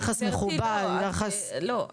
יחס מכובד -- לא,